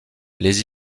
les